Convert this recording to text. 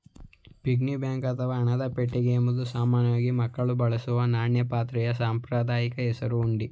piggy bank ಅಥವಾ ಹಣದ ಪೆಟ್ಟಿಗೆ ಎಂಬುದು ಸಾಮಾನ್ಯವಾಗಿ ಮಕ್ಕಳು ಬಳಸುವ ನಾಣ್ಯ ಪಾತ್ರೆಯ ಸಾಂಪ್ರದಾಯಿಕ ಹೆಸರೇ ಹುಂಡಿ